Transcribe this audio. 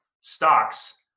stocks